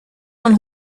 und